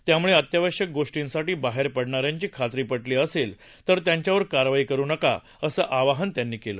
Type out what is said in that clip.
त्याम्ळे अत्यावश्यक गोष्टींसाठी बाहेर पडणाऱ्यांची खात्री पटली असेल तर त्यांच्यावर कारवाई करू नका असं आवाहन त्यांनी केलं